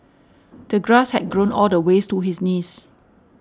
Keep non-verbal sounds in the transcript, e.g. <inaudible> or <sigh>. <noise> the grass had grown all the ways to his knees